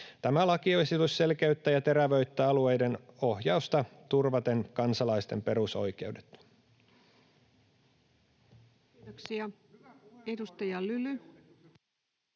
Tämä lakiesitys selkeyttää ja terävöittää alueiden ohjausta turvaten kansalaisten perusoikeudet. Kiitoksia. — Edustaja Lyly.